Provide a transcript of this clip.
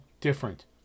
different